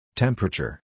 Temperature